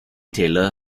taylor